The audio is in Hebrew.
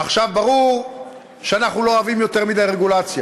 עכשיו, ברור שאנחנו לא אוהבים יותר מדי רגולציה,